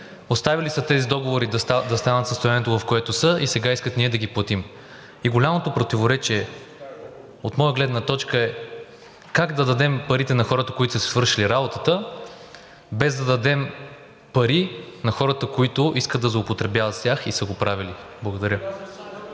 оставили са тези договори да станат в състоянието, в което са, и сега искат ние да ги платим. И голямото противоречие от моя гледна точка е как да дадем парите на хората, които са си свършили работата, без да дадем пари на хората, които искат да злоупотребяват с тях и са го правили. Благодаря.